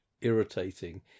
irritating